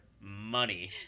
money